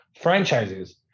franchises